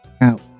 out